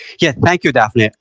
yeah. thank you, daphne.